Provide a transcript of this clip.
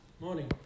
Morning